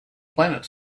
planet